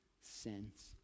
sins